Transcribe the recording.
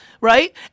right